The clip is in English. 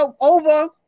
Over